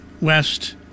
West